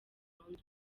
burundu